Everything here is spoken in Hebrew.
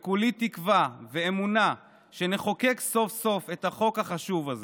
וכולי תקווה ואמונה שנחוקק סוף-סוף את החוק החשוב הזה.